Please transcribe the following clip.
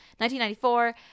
1994